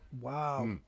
wow